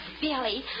Billy